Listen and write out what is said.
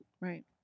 right